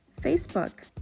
Facebook